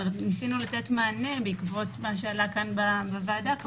ניסינו לתת מענה בעקבות מה שעלה כאן בוועדה.